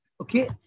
Okay